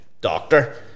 doctor